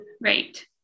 Right